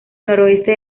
noroeste